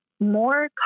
more